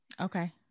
okay